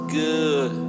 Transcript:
good